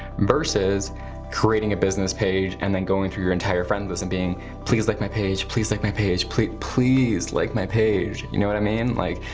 versus creating a business page and then going through your entire friends list and being please like my page, please like my page, please please like my page, you know what i mean? like,